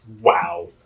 wow